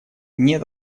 нет